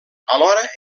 alhora